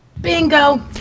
Bingo